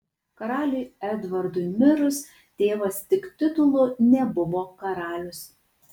karaliui edvardui mirus tėvas tik titulu nebuvo karalius